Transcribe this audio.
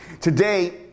Today